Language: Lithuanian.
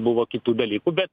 buvo kitų dalykų bet